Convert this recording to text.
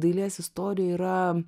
dailės istorija yra